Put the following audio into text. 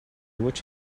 what